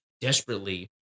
desperately